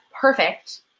perfect